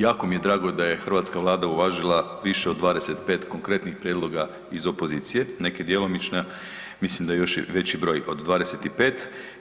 Jako mi je drago da je hrvatska Vlada uvažila više od 25 konkretnih prijedloga iz opozicije, neke djelomično, mislim da je i veći broj od 25